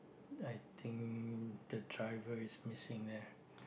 I think the driver is missing there